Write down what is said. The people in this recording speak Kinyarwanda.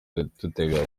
duteganya